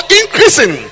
increasing